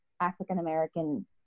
African-American